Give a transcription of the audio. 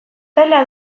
zaila